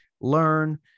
learn